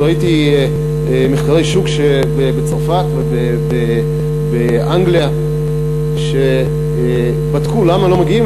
שראיתי מחקרי שוק בצרפת ובאנגליה שבדקו למה לא מגיעים